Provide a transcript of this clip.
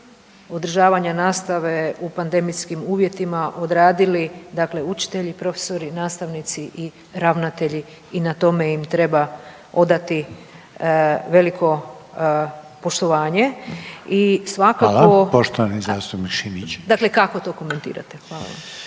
održavanja nastave u pandemijskim uvjetima odradili, dakle učitelji, profesori, nastavnici i ravnatelji i na tome im treba odati veliko poštovanje. I svakako …/Upadica: Hvala./… dakle kako to komentirate. Hvala.